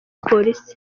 polisi